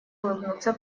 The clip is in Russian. улыбнуться